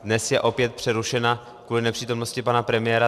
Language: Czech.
Dnes je opět přerušena kvůli nepřítomnosti pana premiéra.